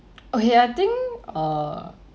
okay I think err